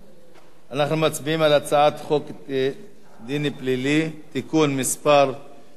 אנחנו מצביעים על הצעת חוק סדר הדין הפלילי (תיקון מס' 66),